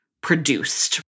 produced